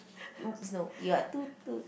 !oops! no you are too too